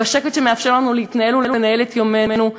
בשקט שמאפשר לנו להתנהל ולנהל את יומנו,